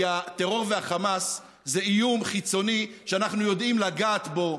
כי הטרור והחמאס זה איום חיצוני שאנחנו יודעים לגעת בו,